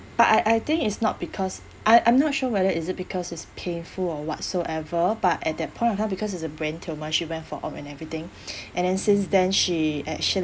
but I I think it's not because I I'm not sure whether is it because it's painful or whatsoever but at that point of time because it's a brain tumour she went for op and everything and then since then she actually